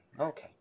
okay